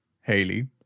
Haley